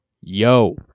yo